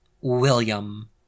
William